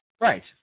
Right